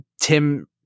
tim